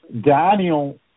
Daniel